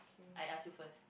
I ask you first